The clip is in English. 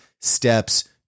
steps